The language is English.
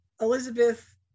Elizabeth